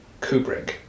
Kubrick